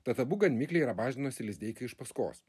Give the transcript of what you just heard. tad abu gan mikliai rabažinosi lizdeikai iš paskos